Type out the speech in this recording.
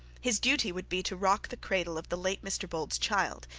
his duty would be to rock the cradle of the late mr bold's child,